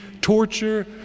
torture